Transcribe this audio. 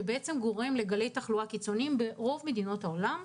שגורם לגלי תחלואה קיצוניים ברוב מדינות העולם.